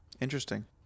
Interesting